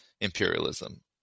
imperialism